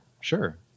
sure